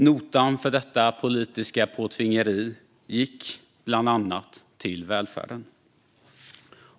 Notan för detta politiska påtvingeri gick, bland annat, till välfärden.